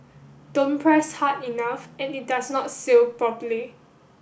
don't press hard enough and it does not seal properly